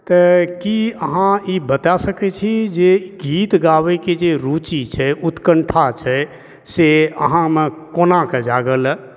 तऽ कि अहाँ इ बता सकय छी जे गीत गाबयके जे रूचि छै उतकण्ठा छै से अहाँमे कोना कऽ जागल